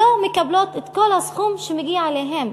לא מקבלות את כל הסכום שמגיע להן.